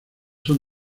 son